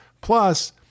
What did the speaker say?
Plus